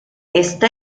está